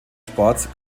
sports